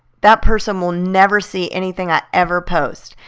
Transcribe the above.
that person will never see anything i ever post.